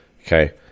Okay